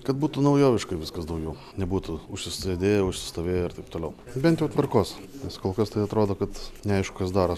kad būtų naujoviškai viskas daugiau nebūtų užsisėdėję užsistovėję ir taip toliau bent jau tvarkos nes kol kas tai atrodo kad neaišku kas daros